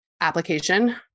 application